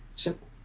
simple.